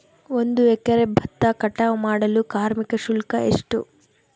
ಒಂದು ಎಕರೆ ಭತ್ತ ಕಟಾವ್ ಮಾಡಲು ಕಾರ್ಮಿಕ ಶುಲ್ಕ ಎಷ್ಟು?